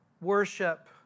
worship